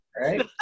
right